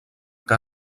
que